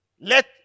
Let